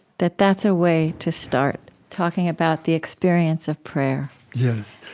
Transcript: that that's a way to start talking about the experience of prayer yes,